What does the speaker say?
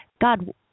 God